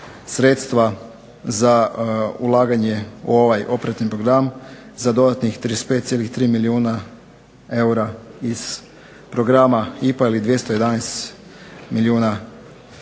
sredstva za ulaganje u ovaj operativni program za dodatnih 35,3 milijuna eura iz programa IPA ili 211 milijuna kuna.